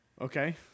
okay